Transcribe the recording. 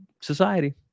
society